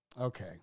Okay